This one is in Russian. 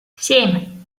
семь